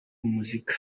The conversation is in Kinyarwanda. umuziki